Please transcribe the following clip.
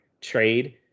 trade